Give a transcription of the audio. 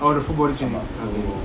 oh the full body training okay